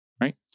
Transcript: right